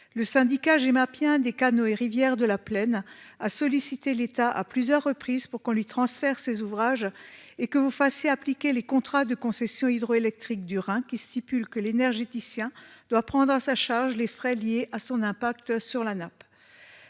Le syndicat j'aime à bien des canaux et rivières de la Plaine à solliciter l'état à plusieurs reprises pour qu'on lui transfère ses ouvrages et que vous fassiez appliquer les contrats de concessions hydroélectriques du Rhin qui stipule que l'énergéticien doit prendre à sa charge les frais liés à son impact sur la nappe.